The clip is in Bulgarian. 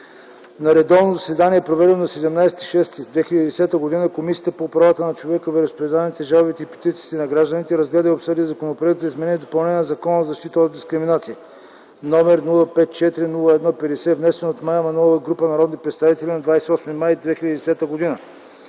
На редовно заседание, проведено на 17 юни 2010 г., Комисията по правата на човека, вероизповеданията, жалбите и петициите на гражданите разгледа и обсъди Законопроект за изменение и допълнение на Закона за защита от дискриминация, № 054-01-50, внесен от Мая Манолова и група народни представители на 28 май 2010 г.